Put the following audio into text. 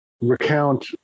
recount